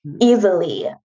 easily